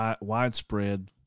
widespread